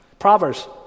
Proverbs